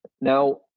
Now